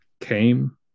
came